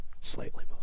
Slightly